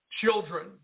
children